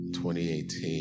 2018